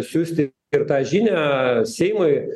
siųsti ir tą žinią seimui